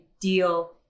deal